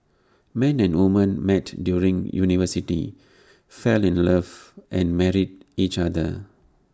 man and woman met during university fell in love and married each other